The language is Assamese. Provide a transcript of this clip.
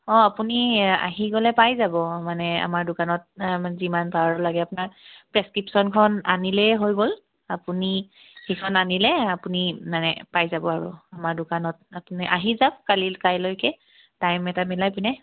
অঁ আপুনি আহি গ'লে পাই যাব মানে আমাৰ দোকানত যিমান পাৱাৰৰ লাগে আপোনাৰ প্ৰেছক্ৰিপশচনখন আনিলেই হৈ গ'ল আপুনি সেইখন আনিলে আপুনি মানে পাই যাব আৰু আমাৰ দোকানত আপুনি আহি যাওক কালি কাইলৈকে টাইম এটা মিলাই পিনে